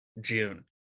June